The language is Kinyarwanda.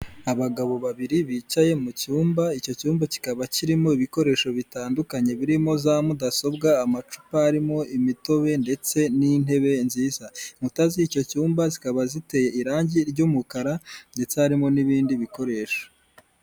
Abagabo babiri bicaye mu cyumba icyo cyumba kikaba kirimo ibikoresho bitandukanye birimo za mudasobwa amacupa arimo imitobe ndetse n'intebe nziza, inkuta z'icyo cyumba zikaba ziteye irange ry'umukara ndetse harimo n'ibindi bikoresho.